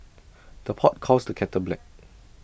the pot calls the kettle black